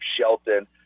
Shelton